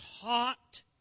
taught